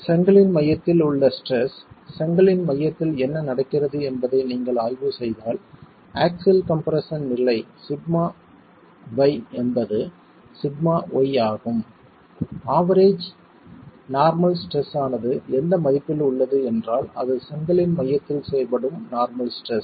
செங்கலின் மையத்தில் உள்ள ஸ்ட்ரெஸ் செங்கலின் மையத்தில் என்ன நடக்கிறது என்பதை நீங்கள் ஆய்வு செய்தால் ஆக்ஸில் கம்ப்ரெஸ்ஸன் நிலை σby என்பது σy ஆகும் ஆவெரேஜ் நார்மல் ஸ்ட்ரெஸ் ஆனது எந்த மதிப்பில் உள்ளது என்றால் அது செங்கலின் மையத்தில் செயல்படும் நார்மல் ஸ்ட்ரெஸ்